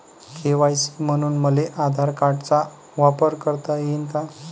KYC म्हनून मले आधार कार्डाचा वापर करता येईन का?